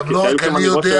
היו כמה נקודות,